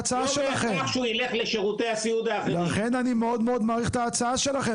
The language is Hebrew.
כמה עשרות עד 100 וקצת לכל אחד,